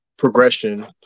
progression